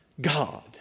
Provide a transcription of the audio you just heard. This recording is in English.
God